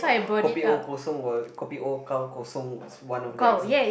kopi O Kosong got kopi O gao Kosong was one of the exa~